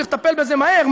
צריך לטפל בזה מהר,